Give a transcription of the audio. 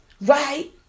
right